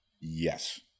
Yes